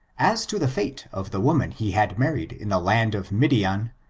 as to the fate of the woman he had married in the land of hfdian,